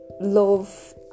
love